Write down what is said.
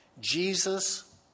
Jesus